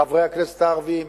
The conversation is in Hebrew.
חברי הכנסת הערבים,